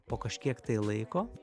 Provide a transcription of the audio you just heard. po kažkiek tai laiko